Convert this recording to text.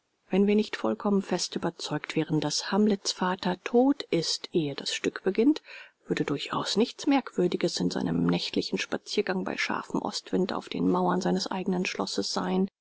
wenn wir nicht vollkommen fest überzeugt wären daß hamlets vater tot ist ehe das stück beginnt würde durchaus nichts merkwürdiges in seinem nächtlichen spaziergang bei scharfem ostwind auf den mauern seines eignen schlosses sein